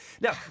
Now